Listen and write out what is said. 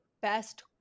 best